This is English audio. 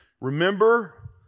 Remember